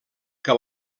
que